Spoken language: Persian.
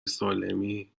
سالمی